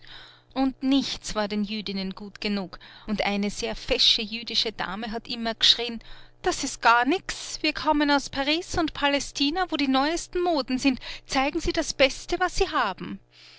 und nichts war den jüdinnen gut genug und eine sehr eine fesche jüdische dame hat immer geschrien das ist gar nichts wir kommen aus paris und palästina wo die neuesten moden sind zeigen sie das beste was sie haben